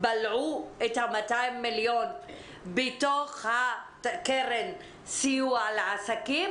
שהם בלעו את ה-200 מיליון בתוך קרן הסיוע לעסקים,